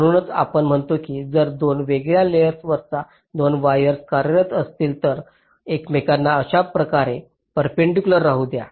म्हणूनच आपण म्हणतो की जर दोन वेगवेगळ्या लेयर्सांवर 2 वायर्स कार्यरत असतील तर त्या एकमेकांना अशा प्रकारे पेरपेंडीकलर राहू द्या